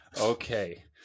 Okay